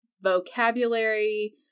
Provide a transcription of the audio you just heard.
vocabulary